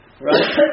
Right